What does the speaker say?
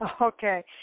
Okay